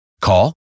Call